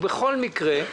בכל מקרה,